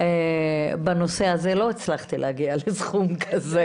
בנושא הזה, לא הצלחתי להגיע לסכום כזה.